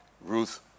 Ruth